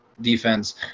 defense